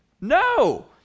No